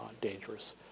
dangerous